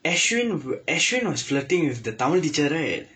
ashwin wa~ ashwin was flirting with the tamil teacher right